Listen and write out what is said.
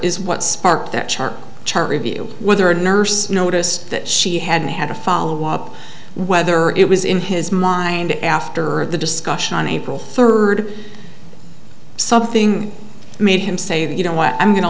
is what sparked that chart chart review whether a nurse noticed that she had had a follow up whether it was in his mind after the discussion on april third something made him say that you know what i'm going to